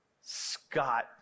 Scott